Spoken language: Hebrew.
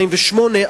2008,